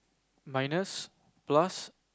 minus plus